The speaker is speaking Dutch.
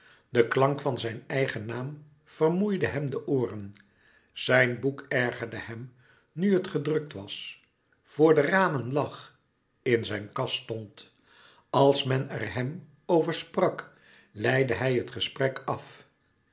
de klank van zijn eigen naam vermoeide hem de ooren zijn boek ergerde hem nu het gedrukt was voor de ramen lag in zijn kast stond als men er hem over sprak leidde hij het gesprek af